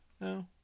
No